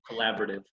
Collaborative